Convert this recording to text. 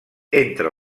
entre